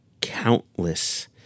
countless